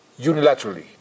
unilaterally